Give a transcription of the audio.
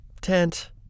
tent